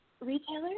retailer